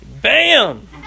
Bam